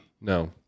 no